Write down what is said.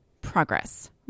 progress